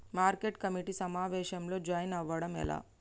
Market committee సమావేశంలో join అవ్వడం ఎలా?